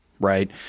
right